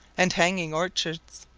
and hanging orchards.